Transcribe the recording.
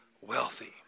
wealthy